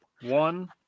One